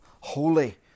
holy